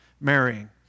marrying